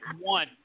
one